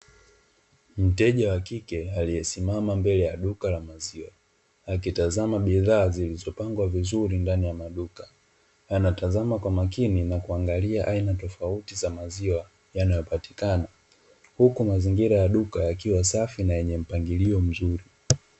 Mteja wa kike aliyesimama mbele ya duka la maziwa akitazama bidhaa zilizopangwa vizuri ndani ya duka. Anatazama kwa makini na kuangalia aina tofauti za maziwa yanayopatikana, huku mazingira ya duka yakiwa safi na yenye mpangilio mzuri.